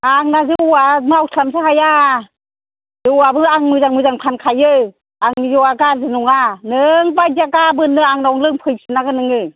आंना जौआ मावस्लाबनोसो हाया जौआबो आं मोजां मोजां फानखायो आंनि जौआ गाज्रि नङा नोंबायदिया गाबोननो आंनाव लोंफैफिननांगोन नोङो